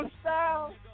style